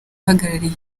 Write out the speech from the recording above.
uhagarariye